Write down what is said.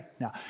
now